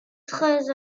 très